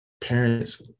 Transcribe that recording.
Parents